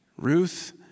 Ruth